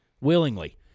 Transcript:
willingly